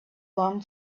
long